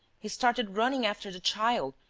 he started running after the child,